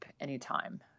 anytime